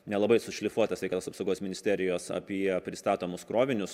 nelabai su šlifuota sveikatos apsaugos ministerijos apie pristatomus krovinius